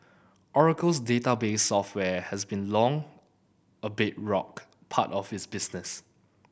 oracle's database software has long been a bedrock part of its business